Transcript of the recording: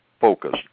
focused